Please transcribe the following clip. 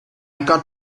got